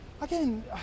again